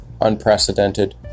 unprecedented